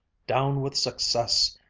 down with success!